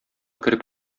кереп